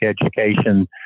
education